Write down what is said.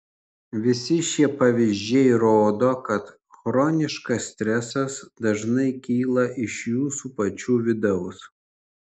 visi šie pavyzdžiai rodo kad chroniškas stresas dažnai kyla iš jūsų pačių vidaus